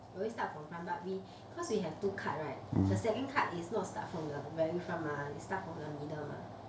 we always start from the front but we because we have two cart right the second cart is not start from the very front mah is start from the middle mah